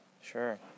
Sure